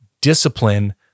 discipline